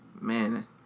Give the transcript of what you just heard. man